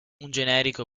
generico